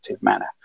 manner